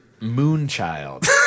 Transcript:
Moonchild